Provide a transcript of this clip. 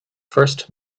first